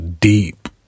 deep